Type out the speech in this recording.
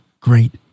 great